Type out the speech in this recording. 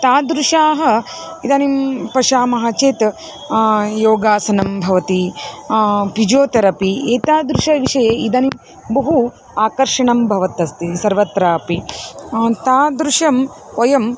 तादृशाः इदानीं पश्यामः चेत् योगासनं भवति फ़िजियोथेरपि एतादृशं विषये इदानीं बहु आकर्षणं भवत् अस्ति सर्वत्रापि तादृशं वयम्